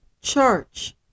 church